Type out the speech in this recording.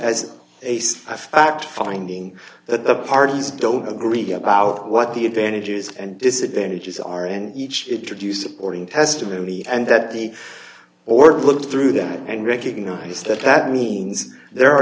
a finding that the parties don't agree about what the advantages and disadvantages are in each introduce supporting testimony and that the order look through them and recognize that that means there are